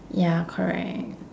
ya correct